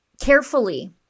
carefully